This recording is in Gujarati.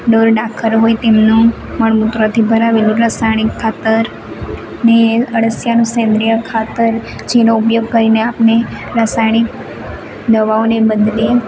ઢોર ઢાંખર હોય તેમનું મળમૂત્રથી ભરાવેલું રાસાયણિક ખાતરને અળસીયાનું સૈન્દ્રીય ખાતર જેનો ઉપયોગ કરીને આપને રાસાયણિક દવાઓને બદલે